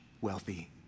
wealthy